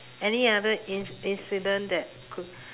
any other in~ incident that could